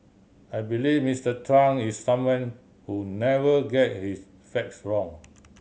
I believe Mister Trump is someone who never get his facts wrong